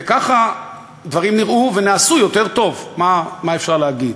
וככה דברים נראו ונעשו יותר טוב, מה אפשר להגיד.